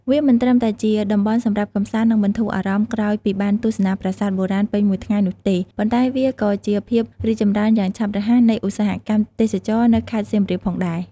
វាមិនត្រឹមតែជាតំបន់សម្រាប់ កម្សាន្ត និងបន្ធូរអារម្មណ៍ ក្រោយពីបានទស្សនាប្រាសាទបុរាណពេញមួយថ្ងៃនោះទេ ប៉ុន្តែវាក៏ជាភាពរីកចម្រើនយ៉ាងឆាប់រហ័សនៃឧស្សាហកម្មទេសចរណ៍ នៅខេត្តសៀមរាបផងដែរ។